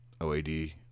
OAD